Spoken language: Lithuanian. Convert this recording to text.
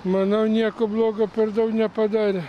manau nieko blogo per daug nepadarė